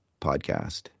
podcast